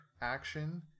action